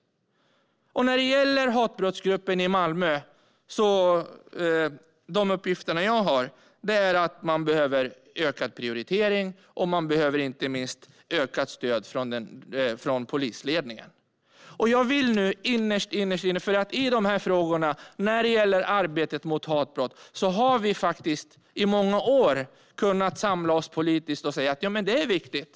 Och enligt de uppgifter jag har behöver hatbrottsgruppen i Malmö ökad prioritering. Man behöver inte minst ökat stöd från polisledningen. När det gäller arbetet mot hatbrott har vi i många år kunnat samla oss politiskt och säga att det är viktigt.